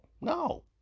no